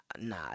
nah